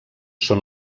són